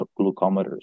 glucometers